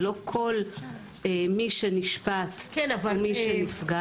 זה כל מי שנפשט או מי שנפגע.